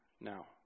now